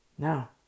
Now